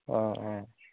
অঁ অঁ